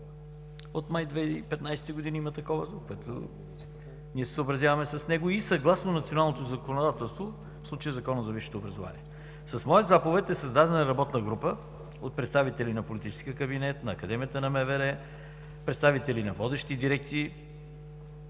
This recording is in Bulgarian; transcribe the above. май 2015 г. има такова, с което ние се съобразяваме, и съответно националното законодателство, в случая Закона за висшето образование. С моя заповед е създадена работна група от представители на политическия кабинет на Академията на МВР, представители на водещи дирекции,